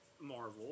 Marvel